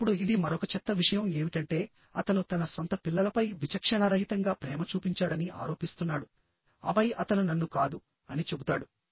ఇప్పుడు ఇది మరొక చెత్త విషయం ఏమిటంటే అతను తన సొంత పిల్లలపై విచక్షణారహితంగా ప్రేమ చూపించాడని ఆరోపిస్తున్నాడు ఆపై అతను నన్ను కాదు అని చెబుతాడు